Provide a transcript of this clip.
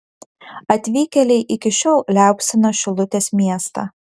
atvykėliai iki šiol liaupsina šilutės miestą